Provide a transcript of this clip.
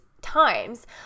times